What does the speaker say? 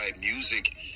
music